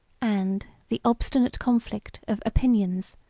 and the obstinate conflict of opinions,